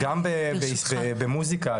גם במוסיקה,